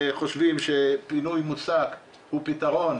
חושבים שפינוי מוסק הוא פתרון,